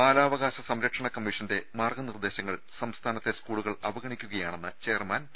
ബാലാവകാശ സംരക്ഷണ കമ്മീഷന്റെ മാർഗ്ഗു നിർദേശങ്ങൾ സംസ്ഥാനത്തെ സ്കൂളുകൾ അവഗണിക്കുകയാണെന്ന് ചെയർമാൻ പി